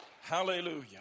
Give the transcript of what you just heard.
Hallelujah